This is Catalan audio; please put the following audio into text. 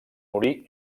morir